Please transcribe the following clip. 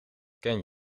ken